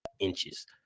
Inches